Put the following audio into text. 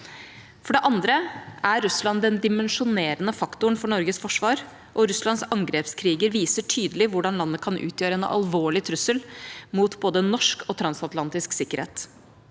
For det andre er Russland den dimensjonerende faktoren for Norges forsvar, og Russlands angrepskriger viser tydelig hvordan landet kan utgjøre en alvorlig trussel mot både norsk og transatlantisk sikkerhet.